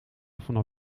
vanaf